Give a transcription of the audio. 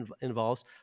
involves